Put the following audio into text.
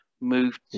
move